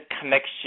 connection